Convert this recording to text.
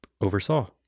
oversaw